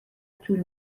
طول